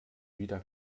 wieder